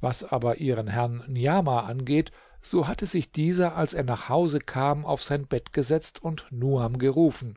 was aber ihren herrn niamah angeht so hatte sich dieser als er nach hause kam auf sein bett gesetzt und nuam gerufen